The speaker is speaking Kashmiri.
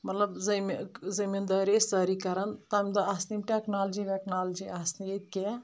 مطلب زمی زٔمیٖندٲری ٲسۍ سٲری کَرَان تَمہِ دۄہ آس نہٕ یِم ٹیٚکنَالٕجی ویکنالٕجی آسنہِ ییٚتہِ کینٛہہ